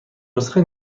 نسخه